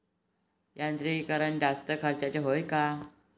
यांत्रिकीकरण जास्त खर्चाचं हाये का?